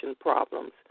problems